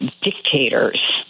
dictators